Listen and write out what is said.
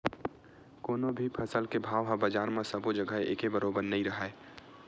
कोनो भी फसल के भाव ह बजार म सबो जघा एके बरोबर नइ राहय